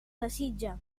desitja